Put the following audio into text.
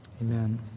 Amen